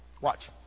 Watch